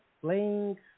playing